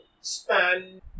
span